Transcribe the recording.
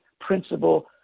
principal